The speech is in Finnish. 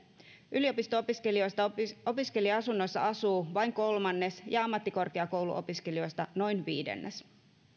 yliopisto opiskelijoista opiskelija asunnoissa asuu vain kolmannes ja ammattikorkeakouluopiskelijoista noin viidennes